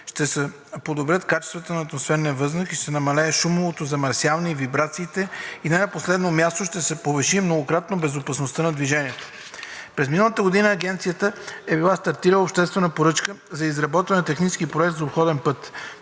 ще се подобрят качествата на атмосферния въздух, ще се намали шумовото замърсяване и вибрациите и не на последно място, ще се повиши многократно безопасността на движение. През миналата година Агенцията е била стартирала обществена поръчка за изработване на технически проект за обходния път.